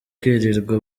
kwirirwa